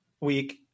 week